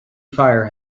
fire